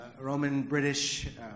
Roman-British